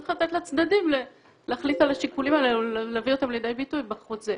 צריך לתת לצדדים להחליט על השיקולים האלו ולהביא אותם לידי ביטוי בחוזה.